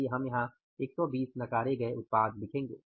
इसलिए हम यहाँ 120 नकारे गए उत्पाद लिखेंगे